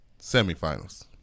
Semifinals